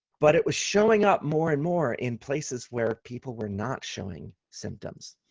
but it was showing up more and more in places where people were not showing symptoms,